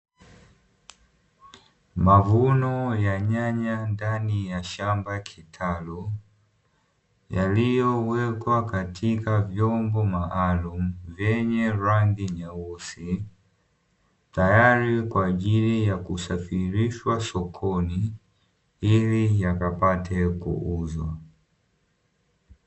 Mavuno ya nyanya ndani ya shamba kitalu; yaliyowekwa katika vyombo maalumu vyenye rangi nyeusi, tayari kwa ajili ya kusafirishwa sokoni ili yakapate kuuzwa.